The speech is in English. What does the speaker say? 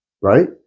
right